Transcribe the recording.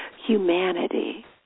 humanity